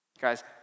Guys